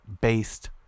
based